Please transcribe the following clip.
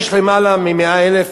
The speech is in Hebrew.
יש למעלה מ-100,000?